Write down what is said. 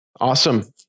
Awesome